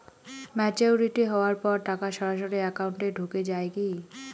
Maturity হওয়ার পর টাকা সরাসরি একাউন্ট এ ঢুকে য়ায় কি?